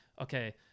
okay